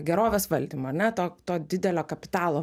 gerovės valdymu ar ne to to didelio kapitalo